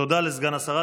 תודה לסגן השרה.